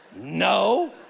No